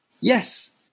yes